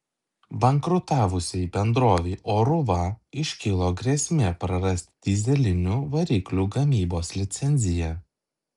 bankrutavusiai bendrovei oruva iškilo grėsmė prarasti dyzelinių variklių gamybos licenciją